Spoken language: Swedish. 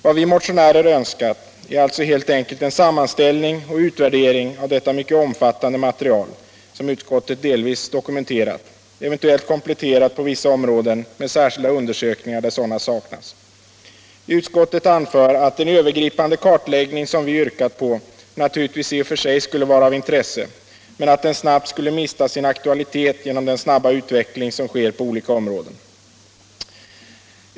Vad vi motionärer önskat är helt enkelt en sammanställning och utvärdering av det mycket omfattande material som utskottet delvis har dokumenterat — eventuellt kompletterat på vissa områden med särskilda undersökningar där sådana saknas. Utskottet anför att den övergripande kartläggning som vi har yrkat på naturligtvis i och för sig skulle vara av intresse, men att den snart skulle mista sin aktualitet genom den snabba utveckling som sker på olika områden.